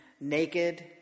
naked